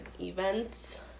events